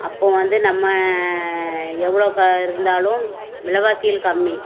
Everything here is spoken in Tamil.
அப்போ வந்து நம்ம எவ்வளோக்கா இருந்தாலும் விலைவாசிகள் கம்மி